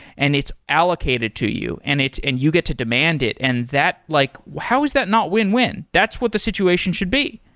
and it's allocated to you and and you get to demand it, and that like how is that not win-win? that's what the situation should be.